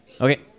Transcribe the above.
okay